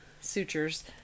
sutures